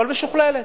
אבל משוכללת.